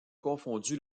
confondu